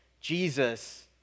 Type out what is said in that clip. Jesus